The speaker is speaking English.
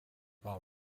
while